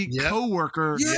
co-worker